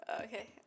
Okay